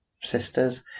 sisters